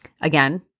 again